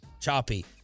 Choppy